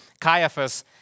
Caiaphas